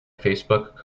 facebook